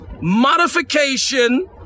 modification